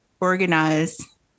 organize